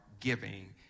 giving